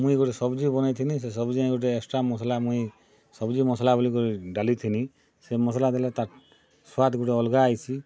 ମୁଇଁ ଗୁଟେ ସବ୍ଜି ବନେଇଥିଲି ସେ ସବ୍ଜିରେ ଗୁଟେ ଏକ୍ସଟ୍ରା ମସ୍ଲା ମୁଇଁ ସବ୍ଜି ମସ୍ଲା ବୋଲିକରି ଡ଼ାଲିଥିଲି ସେ ମସଲା ଦେଲେ ତା'ର୍ ସ୍ୱାଦ୍ ଗୁଟେ ଅଲ୍ଗା ଆଇସି